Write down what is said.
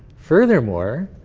furthermore,